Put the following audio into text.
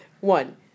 one